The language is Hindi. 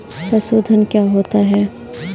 पशुधन क्या होता है?